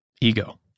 ego